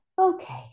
Okay